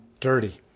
dirty